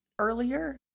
earlier